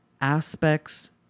aspects